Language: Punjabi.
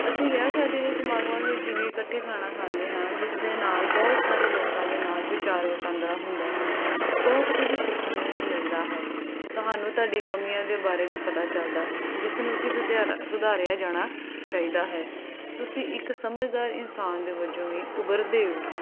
ਅਸੀਂ ਵਿਆਹ ਸ਼ਾਦੀ ਦੇ ਸਮਾਗਮਾਂ ਵਿੱਚ ਵੀ ਇਕੱਠੇ ਖਾਣਾ ਖਾਂਦੇ ਹਾਂ ਜਿਸ ਦੇ ਨਾਲ ਬਹੁਤ ਸਾਰੇ ਲੋਕਾਂ ਦੇ ਨਾਲ ਵਿਚਾਰ ਵਟਾਂਦਰਾ ਹੁੰਦਾ ਹੈ ਬਹੁਤ ਕੁਝ ਸਿੱਖਣ ਨੂੰ ਵੀ ਮਿਲਦਾ ਹੈ ਤੁਹਾਨੂੰ ਤੁਹਾਡੀ ਕਮੀਆਂ ਦੇ ਬਾਰੇ ਵੀ ਪਤਾ ਚੱਲਦਾ ਹੈ ਜਿਸ ਨੂੰ ਕਿ ਸੁਧਿਆਰਾ ਸੁਧਾਰਿਆ ਜਾਣਾ ਚਾਹੀਦਾ ਹੈ ਤੁਸੀਂ ਇੱਕ ਸਮਝਦਾਰ ਇਨਸਾਨ ਦੇ ਵਜੋਂ ਵੀ ਉਭਰਦੇ ਹੋ